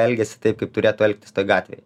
elgiasi taip kaip turėtų elgtis gatvėj